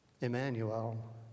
Emmanuel